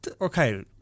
Okay